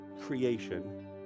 creation